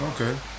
Okay